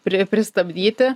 pri pristabdyti